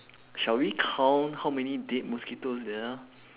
shall we count how many dead mosquitoes there are